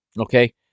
okay